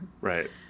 Right